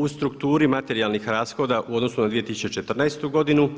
U strukturi materijalnih rashoda u odnosu na 2014. godinu